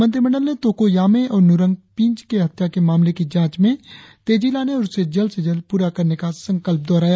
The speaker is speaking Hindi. मंत्रिमंडल ने तोको यामे और नुरंग पींच के हत्या के मामले की जांच में तेजी लाने और उसे जल्द से जल्द पूरा करने का संकल्प दोहराया